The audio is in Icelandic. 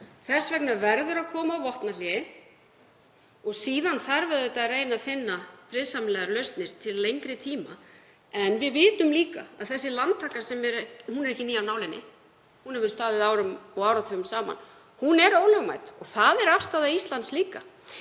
Þess vegna verður að koma á vopnahléi og síðan þarf auðvitað að reyna að finna friðsamlegar lausnir til lengri tíma. En við vitum líka að þessi landtaka er ekki ný af nálinni, hún hefur staðið árum og áratugum saman, og hún er ólögmæt. Það er líka afstaða Íslands.